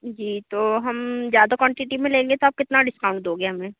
जी तो हम ज़्यादा क्वांटिटी में लेंगे तो आप कितना डिसकाउन्ट दोगे हमें